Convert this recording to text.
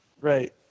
Right